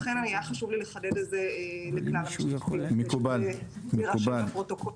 לכן היה חשוב לי לחדד את זה ושיירשם בפרוטוקול.